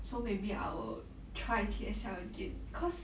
so maybe I will try T_S_L again cause